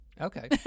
Okay